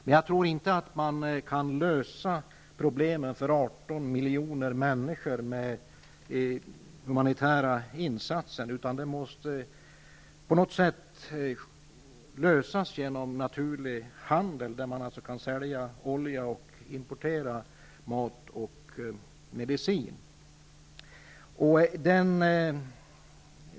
Men jag tror inte att man kan lösa problemen för 18 miljoner människor genom humanitära insatser, utan problemen måste på något sätt lösas genom naturlig handel, där olja kan säljas och mat och mediciner kan importeras.